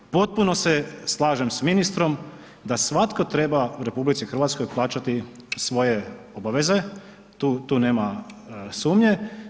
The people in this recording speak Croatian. Potpuno se slažem s ministrom da svatko treba u RH plaćati svoje obaveze, tu nema sumnje.